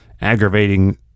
aggravating